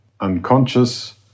unconscious